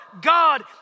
God